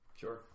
sure